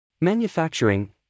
Manufacturing